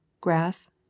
grass